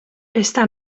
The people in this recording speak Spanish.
esta